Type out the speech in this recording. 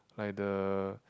like the